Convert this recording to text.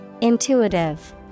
Intuitive